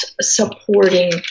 supporting